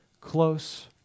close